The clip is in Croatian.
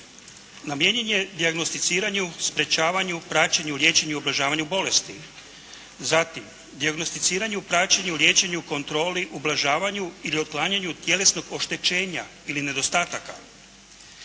Namijenjen je dijagnosticiranju, sprečavanju, praćenju, liječenju, ublažavanju bolesti. Zatim, dijagnosticiranju, praćenju, liječenju, kontroli, ublažavanju ili otklanjanju tjelesnog oštećenja ili nedostataka.